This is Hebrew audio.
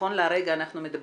נכון לעכשיו אנחנו מדברים,